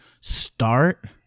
start